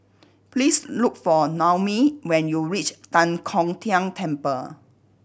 please look for Noemi when you reach Tan Kong Tian Temple